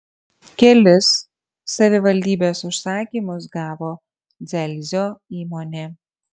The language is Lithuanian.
kelis savivaldybės užsakymus gavo dzelzio įmonė